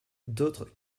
d’autres